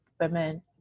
women